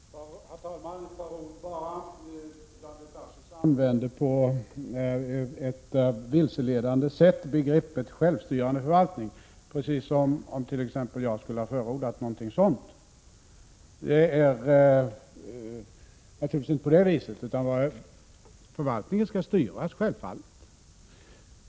Herr talman! Ett par ord bara. Daniel Tarschys använder på ett vilseledande sätt begreppet självstyrande förvaltning, precis som om t.ex. jag skulle ha förordat någonting sådant. Det är naturligtvis inte på det viset, utan förvaltningen skall självfallet styras.